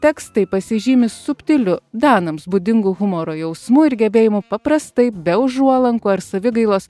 tekstai pasižymi subtiliu danams būdingu humoro jausmu ir gebėjimu paprastai be užuolankų ar savigailos